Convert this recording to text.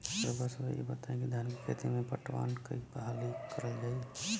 रउवा सभे इ बताईं की धान के खेती में पटवान कई हाली करल जाई?